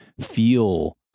feel